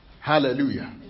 Hallelujah